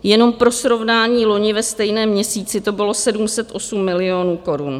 Jenom pro srovnání, loni ve stejném měsíci to bylo 708 milionů korun.